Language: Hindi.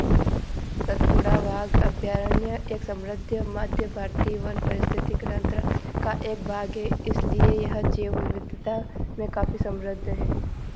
सतपुड़ा वाघ अभयारण्य एक समृद्ध मध्य भारतीय वन पारिस्थितिक तंत्र का एक भाग है इसलिए यह जैव विविधता में काफ़ी समृद्ध है